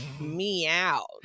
Meow